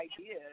idea